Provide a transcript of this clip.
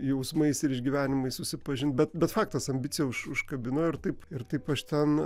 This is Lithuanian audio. jausmais ir išgyvenimais susipažint bet bet faktas ambiciją už užkabino ir taip ir taip aš ten